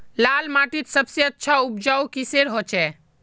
लाल माटित सबसे अच्छा उपजाऊ किसेर होचए?